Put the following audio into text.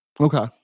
Okay